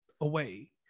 away